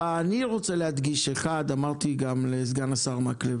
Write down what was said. אני רוצה להדגיש ואמרתי את זה גם לסגן השר מקלב